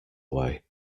way